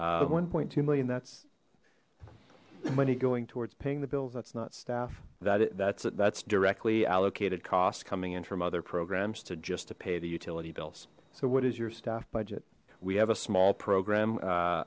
one two million that's money going towards paying the bills that's not staff that it that's that's directly allocated cost coming in from other programs to just to pay the utility bills so what is your staff budget we have a small program a